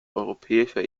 europäischer